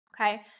Okay